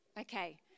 Okay